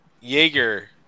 Jaeger